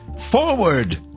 Forward